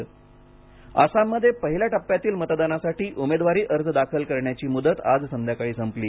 आसाम आसाममध्ये पहिल्या टप्प्यातील मतदानासाठी उमेदवारी अर्ज दाखल करण्याची मुदत आज संध्याकाळी संपली